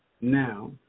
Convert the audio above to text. now